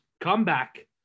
comeback